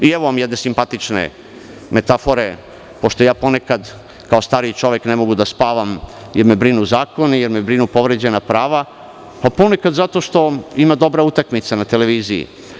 Evo vam jedne simpatične metafore, pošto ponekad, kao stariji čovek, ne mogu da spavam, jer me brinu zakoni, jer me brinu povređena prava, ponekad ima dobra utakmica na TV.